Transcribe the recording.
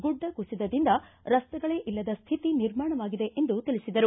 ಗುಡ್ಡ ಕುಸಿತದಿಂದ ರಸ್ತೆಗಳೇ ಇಲ್ಲದ ಸ್ಥಿತಿ ನಿರ್ಮಾಣವಾಗಿದೆ ಎಂದು ತಿಳಿಸಿದರು